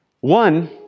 One